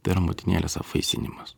tai yra motinėlės apvaisinimas